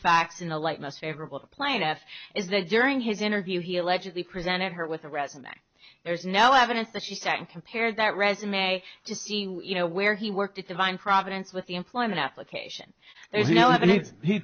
facts in the light most favorable to plaintiff is that during his interview he allegedly cresent at her with a resume there's no evidence that she sat and compared that resume to see you know where he worked at divine providence with the employment application there's no